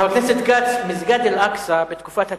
חבר הכנסת כץ, מסגד אל-אקצא בתקופת הצלבנים,